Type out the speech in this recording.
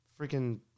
Freaking